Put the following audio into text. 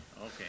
Okay